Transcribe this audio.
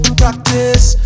practice